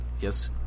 Yes